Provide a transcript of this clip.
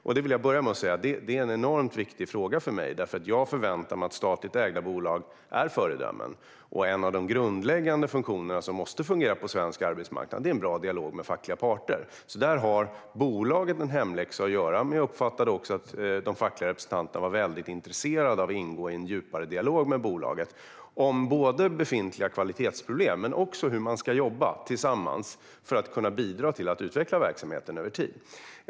Jag vill börja med att säga att det är en enormt viktig fråga för mig, eftersom jag förväntar mig att statligt ägda bolag är föredömen. En av de grundläggande funktionerna, som måste fungera på svensk arbetsmarknad, är en bra dialog med fackliga parter. Där har bolaget alltså en hemläxa att göra. Men jag uppfattade också att de fackliga representanterna var mycket intresserade av att ingå i en djupare dialog med bolaget om både befintliga kvalitetsproblem och hur man ska jobba tillsammans för att kunna bidra till att utveckla verksamheten över tid.